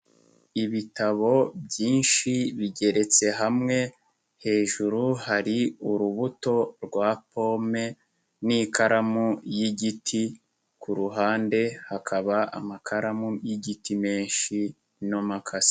Ibitabo byinshi bigeretse hamwe, hejuru hari urubuto rwa pome n'ikaramu y'igiti, ku ruhande hakaba amakaramu y'igiti menshi n'imakasi.